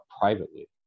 privately